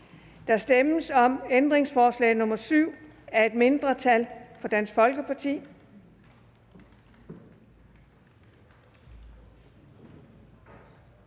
Der stemmes om ændringsforslag nr. 7 af et mindretal (DF), og der